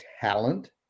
talent